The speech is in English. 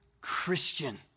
Christian